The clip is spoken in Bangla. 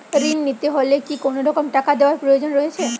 ঋণ নিতে হলে কি কোনরকম টাকা দেওয়ার প্রয়োজন রয়েছে?